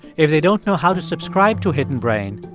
if they don't know how to subscribe to hidden brain,